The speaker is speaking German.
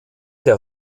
der